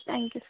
thank you sir